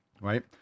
Right